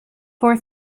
for